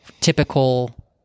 typical